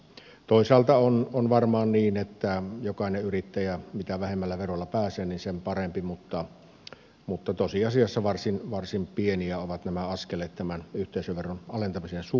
toisaalta on varmaan niin että jokaiselle yrittäjälle mitä vähemmällä verolla pääsee sen parempi mutta tosiasiassa varsin pieniä ovat nämä askeleet yhteisöveron alentamisen suhteen